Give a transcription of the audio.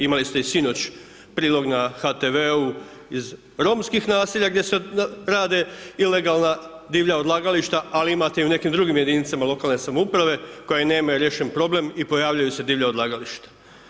Imali ste i sinoć prilog na HTV-u iz romskih naselja gdje se rade ilegalna divlja odlagališta, ali imate u nekim drugim jedinicama lokalne samouprave koja nemaju riješen problem i pojavljuje se divlja odlagališta.